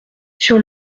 sur